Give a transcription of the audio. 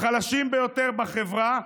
בחלשים ביותר בחברה.